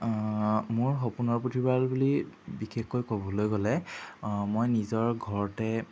মোৰ সপোনৰ পুথিভঁৰাল বুলি বিশেষকৈ ক'বলৈ গ'লে মই নিজৰ ঘৰতে